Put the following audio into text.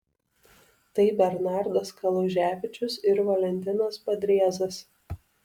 tai bernardas kaluževičius ir valentinas padriezas